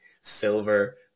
silver